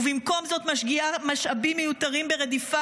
ובמקום זאת משקיעה משאבים מיותרים ברדיפה